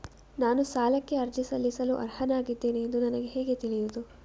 ನಾನು ಸಾಲಕ್ಕೆ ಅರ್ಜಿ ಸಲ್ಲಿಸಲು ಅರ್ಹನಾಗಿದ್ದೇನೆ ಎಂದು ನನಗೆ ಹೇಗೆ ತಿಳಿಯುದು?